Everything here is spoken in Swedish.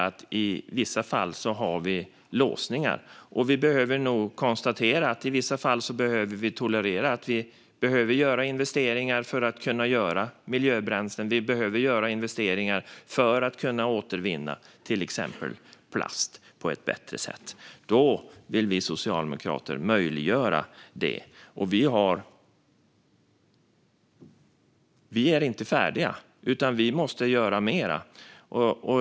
Men i vissa fall har vi låsningar, och i vissa fall får vi också tolerera att vi behöver göra investeringar för att kunna göra miljöbränslen och för att kunna återvinna exempelvis plast på ett bättre sätt. Då vill vi socialdemokrater möjliggöra det. Vi är inte färdiga, utan vi måste göra mer.